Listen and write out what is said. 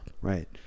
right